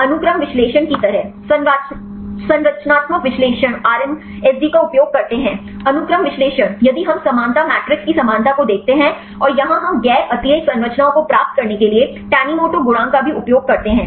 अनुक्रम विश्लेषण की तरह संरचनात्मक विश्लेषण RMSD का उपयोग करते हैं अनुक्रम विश्लेषण यदि हम समानता मैट्रिक्स की समानता को देखते हैं और यहां हम गैर अतिरेक संरचनाओं को प्राप्त करने के लिए tanimoto गुणांक का भी उपयोग करते हैं